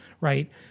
right